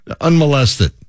Unmolested